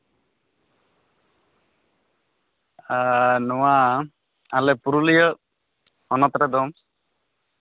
ᱱᱚᱣᱟ ᱟᱞᱮ ᱯᱩᱨᱩᱞᱤᱭᱟᱹ ᱦᱚᱱᱚᱛ ᱨᱮᱫᱚ